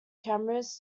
cameras